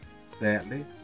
Sadly